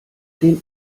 den